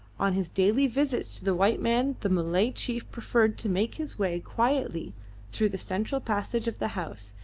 on his daily visits to the white man the malay chief preferred to make his way quietly through the central passage of the house,